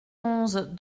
onze